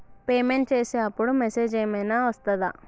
Payment చేసే అప్పుడు message ఏం ఐనా వస్తదా?